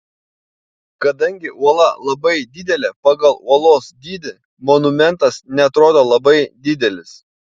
kadangi uola labai didelė pagal uolos dydį monumentas neatrodo labai didelis